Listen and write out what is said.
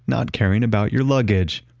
not caring about your luggage,